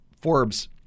Forbes